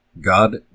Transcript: God